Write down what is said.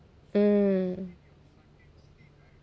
mm